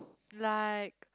like